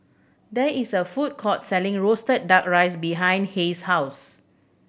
there is a food court selling roasted Duck Rice behind Hays' house